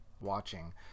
watching